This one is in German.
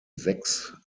sechs